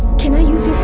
can i